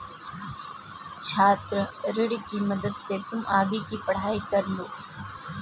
छात्र ऋण की मदद से तुम आगे की पढ़ाई कर लो